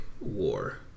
war